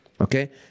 Okay